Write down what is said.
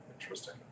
Interesting